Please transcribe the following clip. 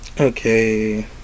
Okay